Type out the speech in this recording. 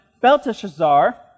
Belteshazzar